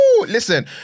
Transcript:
Listen